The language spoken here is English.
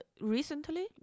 recently